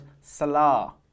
Salah